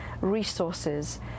resources